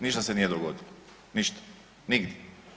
Ništa se nije dogodilo ništa, nigdje.